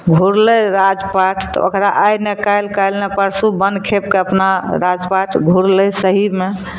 घुरलै राज पाट तऽ ओकरा आइ ने काल्हि काल्हि ने परसू बन खेपके अपना राज पाट घुरलै सहीमे